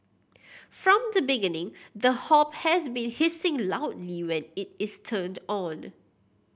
from the beginning the hob has been hissing loudly when it is turned on